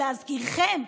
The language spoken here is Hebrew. שלהזכירכם,